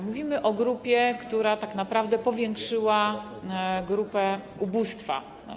Mówimy o grupie, która tak naprawdę powiększyła grupę ubóstwa.